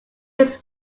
was